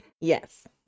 Yes